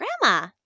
grandma